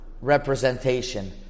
representation